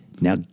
Now